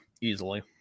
easily